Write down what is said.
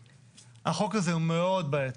החוק הזה הוא מאוד בעייתי.